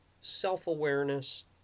self-awareness